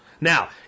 Now